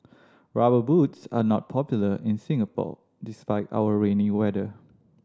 Rubber Boots are not popular in Singapore despite our rainy weather